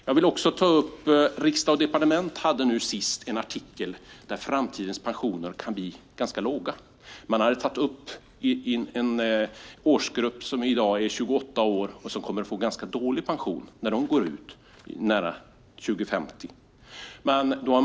I senaste numret av Riksdag & Departement finns en artikel som säger att framtidens pensioner kan bli ganska låga. Man tar som exempel en grupp som i dag är 28 år och som kommer att få ganska dålig pension när de går i pension omkring år 2050.